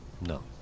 No